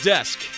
Desk